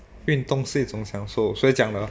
运动是一种享受谁讲的